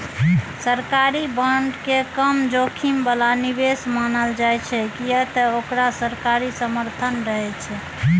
सरकारी बांड के कम जोखिम बला निवेश मानल जाइ छै, कियै ते ओकरा सरकारी समर्थन रहै छै